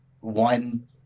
one